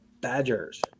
Badgers